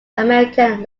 american